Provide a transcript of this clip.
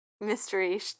mystery